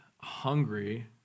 hungry